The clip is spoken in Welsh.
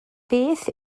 beth